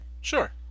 Sure